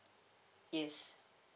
yes